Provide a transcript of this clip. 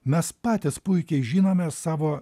mes patys puikiai žinome savo